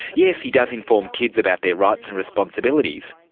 yes, he does inform kids about their rights and responsibilities,